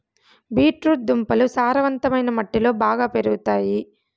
beet root దుంపలు సారవంతమైన మట్టిలో బాగా పెరుగుతాయి